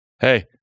Hey